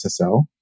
SSL